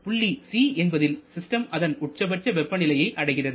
புள்ளி c என்பதில் system அதன் உச்சபட்ச வெப்பநிலையை அடைகிறது